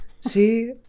See